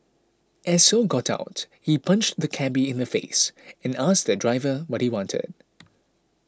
as Ho got out he punched the cabby in the face and asked the driver what he wanted